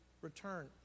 return